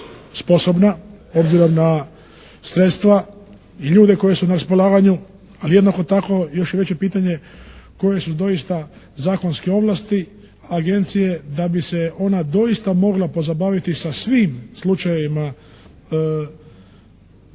sposobna obzirom na sredstva i ljude koji su na raspolaganju, ali jednako tako, još je veće pitanje koje su doista zakonske ovlasti Agencije da bi se ona doista mogla pozabaviti sa svim slučajevima